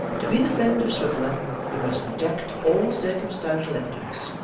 to be the friend of swiveller you must reject all circumstantial evidence,